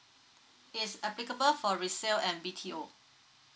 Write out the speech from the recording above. it's applicable for resale and b t o